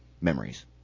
memories